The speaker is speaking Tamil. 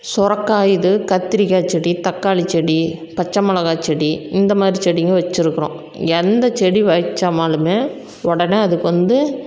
சொரக்காய் இது கத்திரிக்காய் செடி தக்காளி செடி பச்சை மெளகாய் செடி இந்த மாதிரி செடியும் வச்சிருக்கிறோம் எந்த செடியும் வச்சாமாலுமே உடனே அதுக்கு வந்து